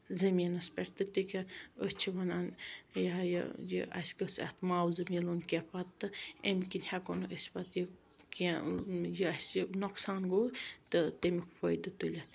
زٔمینس پٮ۪ٹھ تہٕ تہِ کیاہ أسۍ چھِ ونان یہِ ہا یہِ یہِ اَسہِ گٔژھ اَتھ معاوضہٕ مِلُن کیٚنٛہہ پَتہٕ تہٕ اَمہِ کِنۍ ہیکو نہٕ أسۍ پَتہٕ یہِ کیٚنٛہہ یہِ اَسہِ نۄقصان گوٚو تہٕ تَمِیُک فٲیدٕ تُلِتھ